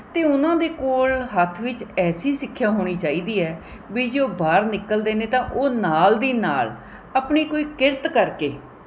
ਅਤੇ ਉਹਨਾਂ ਦੇ ਕੋਲ ਹੱਥ ਵਿੱਚ ਐਸੀ ਸਿੱਖਿਆ ਹੋਣੀ ਚਾਹੀਦੀ ਹੈ ਵੀ ਜੇ ਉਹ ਬਾਹਰ ਨਿਕਲਦੇ ਨੇ ਤਾਂ ਉਹ ਨਾਲ ਦੀ ਨਾਲ ਆਪਣੀ ਕੋਈ ਕਿਰਤ ਕਰਕੇ